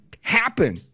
happen